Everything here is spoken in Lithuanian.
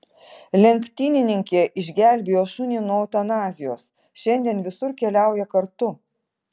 lenktynininkė išgelbėjo šunį nuo eutanazijos šiandien visur keliauja kartu